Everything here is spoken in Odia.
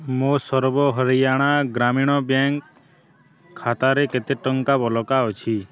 ମୋ ସର୍ବ ହରିୟାଣା ଗ୍ରାମୀଣ ବ୍ୟାଙ୍କ୍ ଖାତାରେ କେତେ ଟଙ୍କା ବଳକା ଅଛି